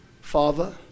father